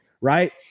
right